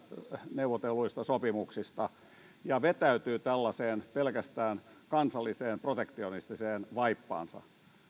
neuvotelluista sopimuksista ja vetäytyy tällaiseen pelkästään kansalliseen protektionistiseen vaippaansa